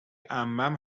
عمم